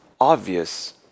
obvious